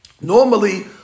Normally